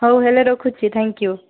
ହଉ ହେଲେ ରଖୁଛି ଥ୍ୟାଙ୍କ ୟୁ